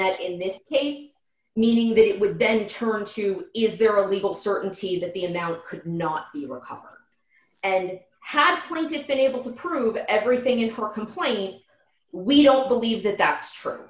met in this case meaning that it would then turn to if there are legal certainty that the amount could not recover and had pointed been able to prove everything in her complaint we don't believe that that's true